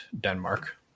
denmark